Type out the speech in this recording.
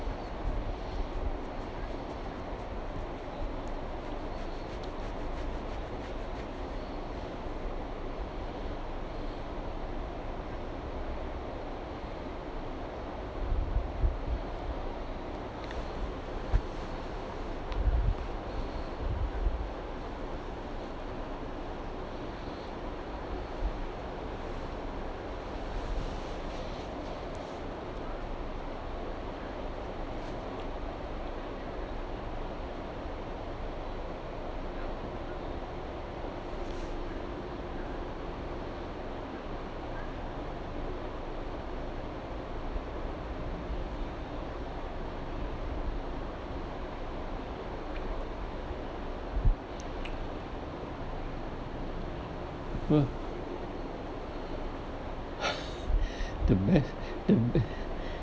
sure the best the best